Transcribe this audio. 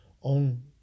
on